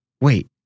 Wait